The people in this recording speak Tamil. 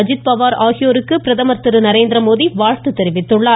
அஜித்பவார் ஆகியோருக்கு பிரகமர் திரு நரேந்திரமோடி வாழ்த்து தெரிவித்துள்ளார்